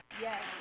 yes